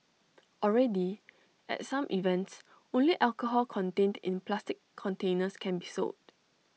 already at some events only alcohol contained in plastic containers can be sold